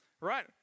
right